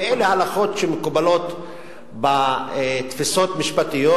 ואלה הלכות שמקובלות בתפיסות משפטיות,